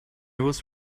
was